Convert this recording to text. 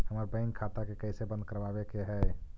हमर बैंक खाता के कैसे बंद करबाबे के है?